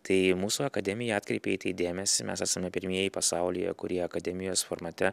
tai mūsų akademija atkreipė į tai dėmesį mes esame pirmieji pasaulyje kurie akademijos formate